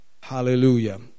Hallelujah